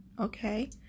okay